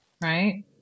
Right